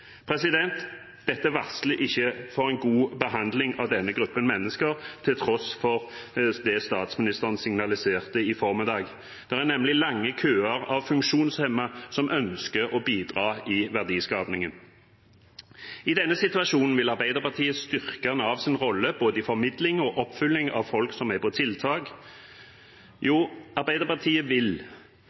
Dette varsler ikke for en god behandling av denne gruppen mennesker, til tross for det statsministeren signaliserte i formiddag. Det er nemlig lange køer av funksjonshemmede som ønsker å bidra til verdiskapingen. I denne situasjonen vil Arbeiderpartiet styrke Navs rolle i både formidling og oppfølging av folk som er på tiltak. Arbeiderpartiet vil